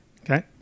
Okay